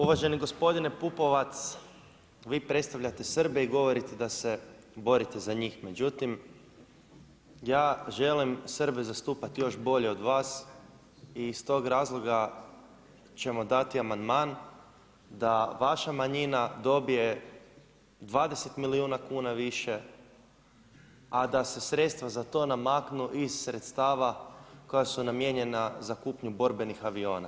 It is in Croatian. Uvaženi gospodine Pupovac, vi predstavljate Srbe i govorite da se borite za njih, međutim ja želim Srbe zastupati još bolje od vas i s tog razloga ćemo dati amandman da vaša manjina dobije 20 milijuna kuna više a da se sredstva za to namaknu iz sredstva koja su namijenjena za kupnju borbenih aviona.